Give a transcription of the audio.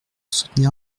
soutenir